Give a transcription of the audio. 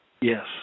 Yes